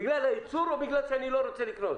בגלל הייצור או בגלל שאני לא רוצה לקנות?